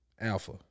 alpha